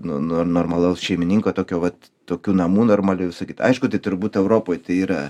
no no normalaus šeimininko tokio vat tokių namų normalių visą kitą aišku tai turbūt europoj tai yra